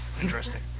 Interesting